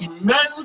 immense